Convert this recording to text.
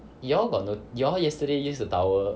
you all got the you all yesterday used the towel